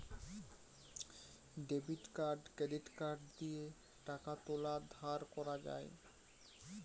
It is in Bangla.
ডেবিট কার্ড ক্রেডিট কার্ড দিয়ে টাকা তুলা আর ধার করা যায়